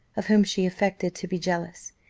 of whom she affected to be jealous.